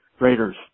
Raiders